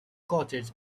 cottage